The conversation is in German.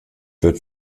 wird